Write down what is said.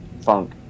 funk